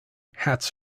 hats